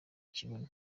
kibuno